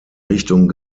richtung